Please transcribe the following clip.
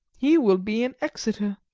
he will be in exeter,